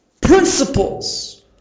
Principles